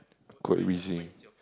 quite busy